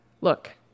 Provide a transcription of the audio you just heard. Look